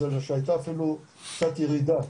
זה שהייתה אפילו קצת ירידה,